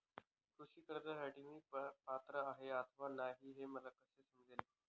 कृषी कर्जासाठी मी पात्र आहे अथवा नाही, हे मला कसे समजेल?